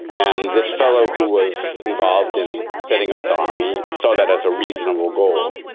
and this fellow who was involved in setting up the army saw that as a reasonable goal.